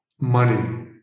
money